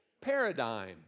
paradigm